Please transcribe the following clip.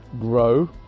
grow